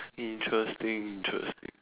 interesting interesting